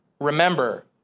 remember